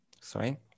sorry